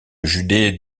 județ